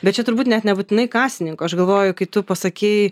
bet čia turbūt net nebūtinai kasininko aš galvoju kai tu pasakei